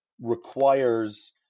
requires